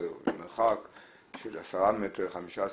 אני אומרת כאן בחשש,